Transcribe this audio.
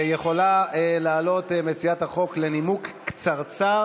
יכולה לעלות מציעת החוק לנימוק קצרצר